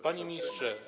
Panie Ministrze!